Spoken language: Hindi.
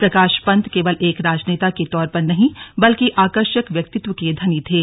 प्रकाश पंत केवल एक राजनेता के तौर पर नहीं बल्कि आकर्षक व्यक्तित्व के धनी थे